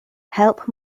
help